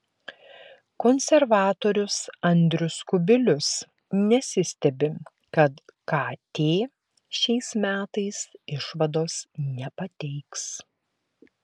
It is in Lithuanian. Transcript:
konservatorius andrius kubilius nesistebi kad kt šiais metais išvados nepateiks